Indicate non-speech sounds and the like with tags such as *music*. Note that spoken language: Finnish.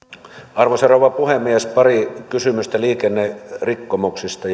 arvoisa rouva puhemies pari kysymystä liikennerikkomuksista *unintelligible*